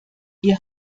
ihr